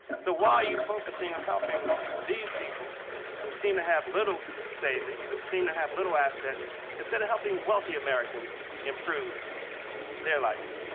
so why are you focusing on helping these people who seem to have little savings, who seem to have little assets instead of helping wealthy americans improve their life?